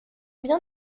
bien